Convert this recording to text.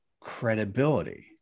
credibility